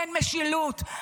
אין משילות.